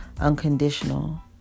unconditional